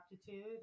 aptitude